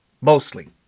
Mostly